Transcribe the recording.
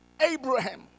Abraham